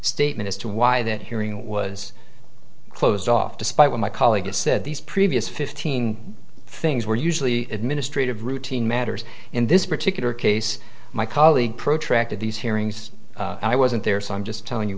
statement as to why that hearing was closed off despite what my colleague has said these previous fifteen things were usually administrative routine matters in this particular case my colleague protracted these hearings i wasn't there so i'm just telling you